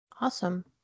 Awesome